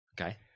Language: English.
Okay